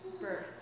birth